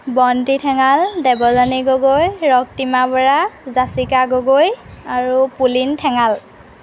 বন্তি ঠেঙাল দেৱজানী গগৈ ৰক্তিমা বৰা জাচিকা গগৈ আৰু পুলিন ঠেঙাল